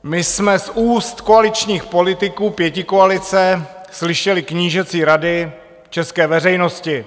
My jsme z úst koaličních politiků, pětikoalice, slyšeli knížecí rady české veřejnosti.